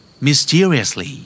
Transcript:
Mysteriously